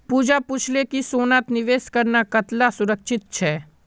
पूजा पूछले कि सोनात निवेश करना कताला सुरक्षित छे